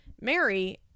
Mary